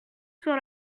sur